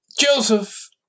Joseph